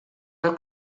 her